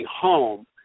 home